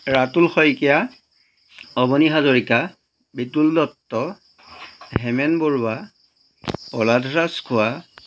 Ratul Saikia Abani Hazarika Bitul Dutta Hemen Baruah Prahlad Rajkhowa